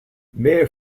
mayor